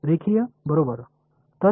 எனவே இது ஒரு வரி